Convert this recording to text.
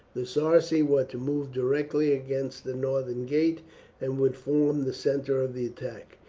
the sarci were to move directly against the northern gate and would form the centre of the attack.